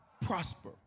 Prosper